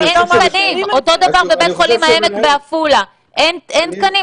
אותו דבר, בבית החולים העמק בעפולה אין תקנים.